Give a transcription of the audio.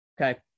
Okay